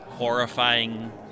horrifying